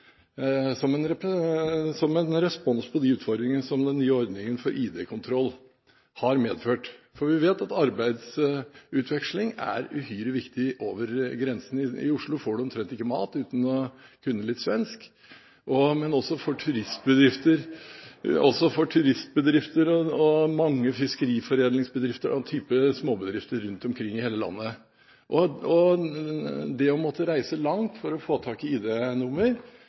som en respons på de utfordringene som den nye ordningen for ID-kontroll har medført, for vi vet at arbeidsutveksling er uhyre viktig over grensene. I Oslo får man omtrent ikke mat uten å kunne litt svensk. Også for turistbedrifter og mange små fiskeforedlingsbedrifter rundt omkring i hele landet er det viktig. Når det gjelder det å måtte reise langt for å få tak i